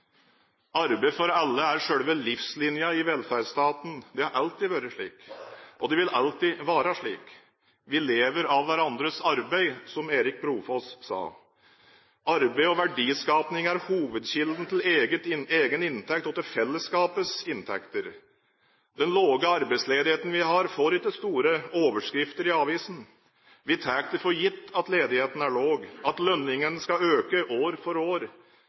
alle» er selve livslinjen i velferdsstaten. Det har alltid vært slik, og det vil alltid være slik. «Vi lever av hverandres arbeid», som Erik Brofoss sa. Arbeid og verdiskaping er hovedkilden til egen inntekt og til fellesskapets inntekter. Vår lave arbeidsledighet får ikke store overskrifter i avisene. Vi tar det for gitt at ledigheten er lav, at lønningene skal øke år for år.